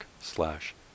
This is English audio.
slash